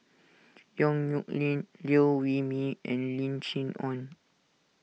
Yong Nyuk Lin Liew Wee Mee and Lim Chee Onn